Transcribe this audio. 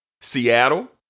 Seattle